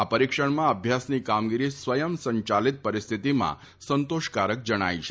આ પરિક્ષણમાં અભ્યાસની કામગીરી સ્વયં સંચાલીત પરિસ્થિતિમાં સંતોષકારક જણાઇ છે